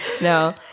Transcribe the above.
No